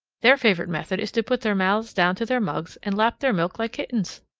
their favorite method is to put their mouths down to their mugs and lap their milk like kittens.